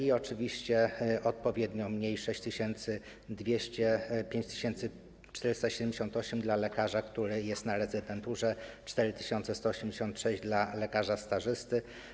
I oczywiście odpowiednio mniej, tj. 6200 zł, 5478 zł dla lekarza, który jest na rezydenturze, a 4186 zł dla lekarza stażysty.